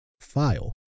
file